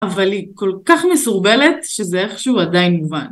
אבל היא כל כך מסורבלת שזה איכשהו עדיין מובן.